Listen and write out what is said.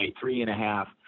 three-and-a-half –